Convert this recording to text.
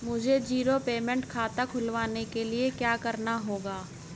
मुझे zero payment खाता खुलवाने के लिए क्या करना होगा?